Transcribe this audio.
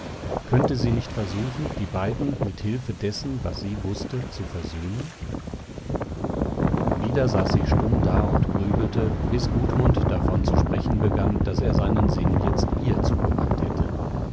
könnte sie nicht versuchen die beiden mit hilfe dessen was sie wußte zu versöhnen wieder saß sie stumm da und grübelte bis gudmund davon zu sprechen begann daß er seinen sinn jetzt ihr zugewandt hätte